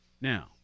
Now